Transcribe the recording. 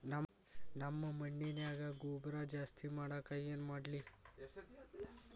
ನಮ್ಮ ಮಣ್ಣಿನ್ಯಾಗ ಗೊಬ್ರಾ ಜಾಸ್ತಿ ಮಾಡಾಕ ಏನ್ ಮಾಡ್ಲಿ?